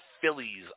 Phillies